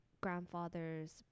grandfather's